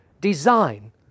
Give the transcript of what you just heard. design